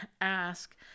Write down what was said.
ask